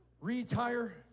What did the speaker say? Retire